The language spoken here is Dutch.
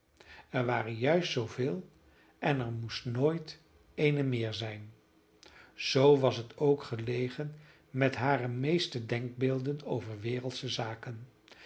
er waren juist zooveel en er moest nooit eene meer zijn zoo was het ook gelegen met hare meeste denkbeelden over wereldsche zaken